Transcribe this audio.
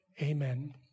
Amen